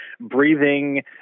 breathing